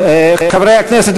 חברי הכנסת,